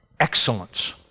excellence